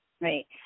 Right